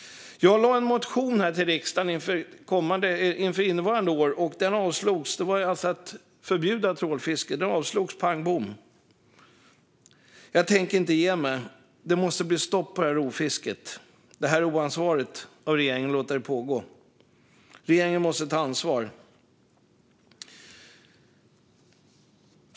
Jag väckte en motion till riksdagen inför innevarande år om att förbjuda trålfiske, men den avslogs pang bom. Jag tänker inte ge mig. Det måste bli stopp för rovfisket. Det är oansvarigt av regeringen att låta detta pågå. Regeringen måste ta ansvar.